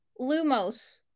Lumos